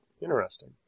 Interesting